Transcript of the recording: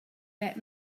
that